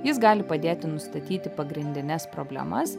jis gali padėti nustatyti pagrindines problemas